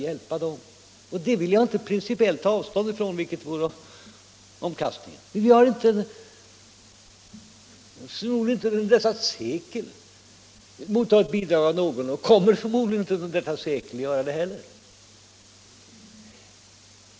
Jag vill inte principiellt ta avstånd från en eventuell omvänd situation. Men vi har förmodligen inte under detta sekel mottagit bidrag av någon och kommer förmodligen inte under detta sekel att göra det heller.